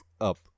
up